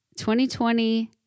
2020